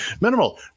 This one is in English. minimal